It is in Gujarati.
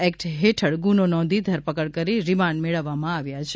એક્ટ હેઠળ ગુનો નોંધી ધરપકડ કરી રીમાન્ડ મેળવવામાં આવ્યા છે